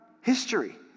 history